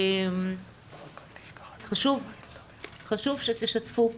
חשוב שתשתפו.